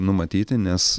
numatyti nes